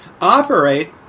operate